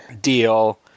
deal